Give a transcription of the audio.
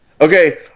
Okay